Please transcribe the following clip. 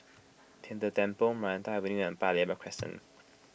Tian De Temple Maranta Avenue and Paya Lebar Crescent